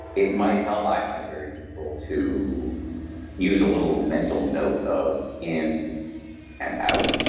it might help, i find it very useful to use a little mental note of in and out,